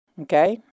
okay